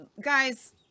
guys